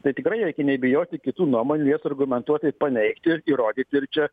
tai tikrai reikia nebijoti kitų nuomonių jas argumentuotai paneigti įrodyti ir čia